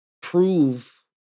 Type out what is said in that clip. prove